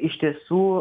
iš tiesų